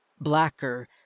Blacker